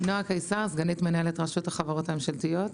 אני סגנית מנהלת רשות החברות הממשלתיות.